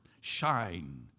shine